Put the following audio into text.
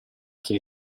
che